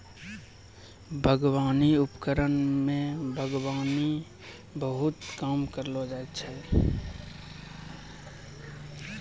बागबानी उपकरण बागबानी म बहुत काम करै छै?